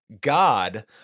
God